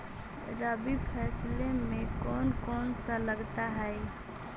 रबी फैसले मे कोन कोन सा लगता हाइय?